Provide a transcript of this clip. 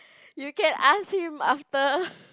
you can ask him after